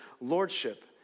Lordship